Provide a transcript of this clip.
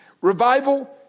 Revival